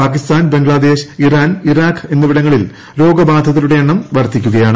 Pakistan Bangladesh Iran Iraq എന്നിവിടങ്ങളിൽ രോഗബാധിതരുടെ എണ്ണം വർദ്ധിക്കുകയാണ്